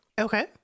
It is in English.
Okay